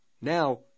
Now